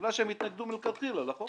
בגלל שהם התנגדו מלכתחילה לחוק הזה.